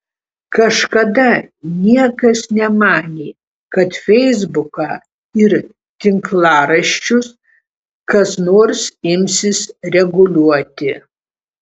kažkada niekas nemanė kad feisbuką ir tinklaraščius kas nors imsis reguliuoti